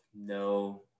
no